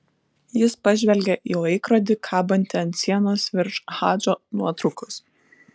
jis pažvelgė į laikrodį kabantį ant sienos virš hadžo nuotraukos